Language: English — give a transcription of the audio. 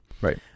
Right